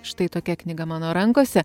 štai tokia knyga mano rankose